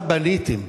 מה בניתם?